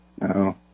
No